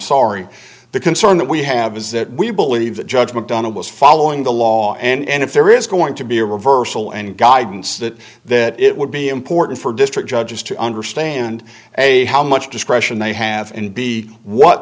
sorry the concern that we have is that we believe that judge mcdonald was following the law and if there is going to be a reversal and guidance that that it would be important for district judges to understand a how much discretion they have and b what